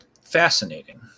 Fascinating